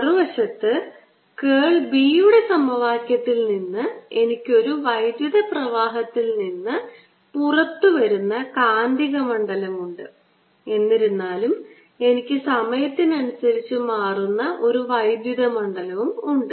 മറുവശത്ത് curl B യുടെ സമവാക്യത്തിൽ നിന്ന് എനിക്ക് ഒരു വൈദ്യുത പ്രവാഹത്തിൽ നിന്ന് പുറത്തുവരുന്ന കാന്തിക മണ്ഡലം ഉണ്ട് എന്നിരുന്നാലും എനിക്ക് സമയത്തിനനുസരിച്ച് മാറുന്ന ഒരു വൈദ്യുത മണ്ഡലം ഉണ്ട്